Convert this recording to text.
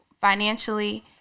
financially